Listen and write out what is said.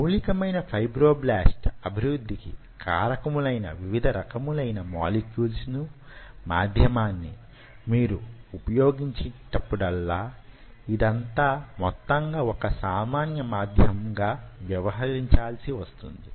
మౌలికమైన ఫైబ్రోబ్లాస్ట్ అభివృద్ధికి కారకములైన వివిధ రకములైన మోలిక్యూల్స్ ను మాధ్యమాన్ని మీరు ఉపయోగించేటప్పుడల్లా యిదంతా మొత్తంగా వొక సామాన్య మాధ్యమంగా వ్యవహరించాల్సి వస్తుంది